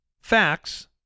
facts